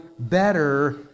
better